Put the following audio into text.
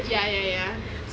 ya ya ya